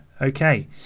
okay